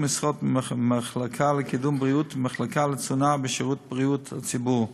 משרות במחלקה לקידום בריאות ובמחלקה לתזונה בשירות בריאות הציבור,